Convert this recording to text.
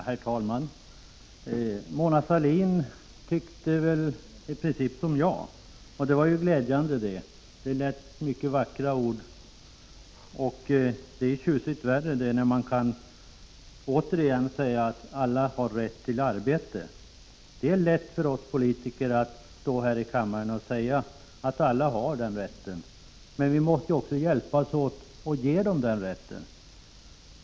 Herr talman! Mona Sahlin tyckte väl i princip som jag, och det var ju glädjande. Det var många vackra ord, och det är tjusigt värre när man återigen kan säga att alla har rätt till arbete. Det är lätt för oss politiker att stå här i kammaren och säga att alla har den rätten. Men vi måste också hjälpas åt för att ge dem den rätten.